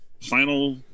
final